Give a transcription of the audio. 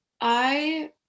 I-